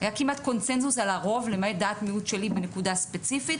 היה כמעט קונצנזוס על הרוב למעט דעת מיעוט שלי בנקודה ספציפית,